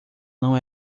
não